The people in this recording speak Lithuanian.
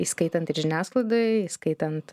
įskaitant ir žiniasklaidoj įskaitant